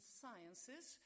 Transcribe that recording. sciences